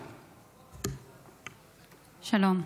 שלום.